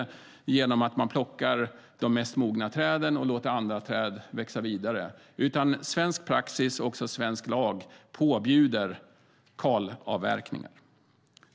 Man plockar inte de mest mogna träden och låter andra träd växa vidare, utan svensk praxis och svensk lag påbjuder kalavverkningar.